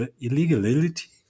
illegality